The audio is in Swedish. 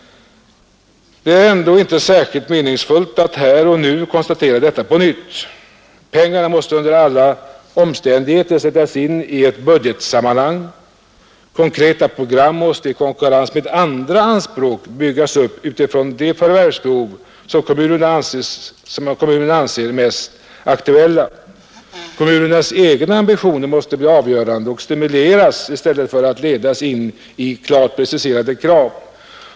Det är ändå inte särskilt meningsfullt att här och nu konstatera detta på nytt. Pengarna måste under alla omständigheter sättas in i ett budgetsammanhang, konkreta program måste i konkurrens med andra anspråk byggas upp utifrån de förvärvsbehov som av kommunerna anses mest aktuella. Kommunernas egna ambitioner måste bli avgörande och stimuleras i stället för att ledas in i klart preciserade krav.